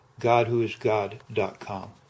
GodWhoIsGod.com